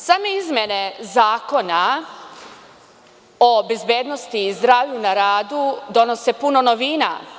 Same izmene zakona o bezbednosti i zdravlju na radu, donose puno novina.